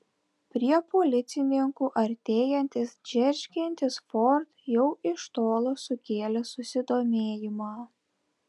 prie policininkų artėjantis džeržgiantis ford jau iš tolo sukėlė susidomėjimą